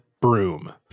broom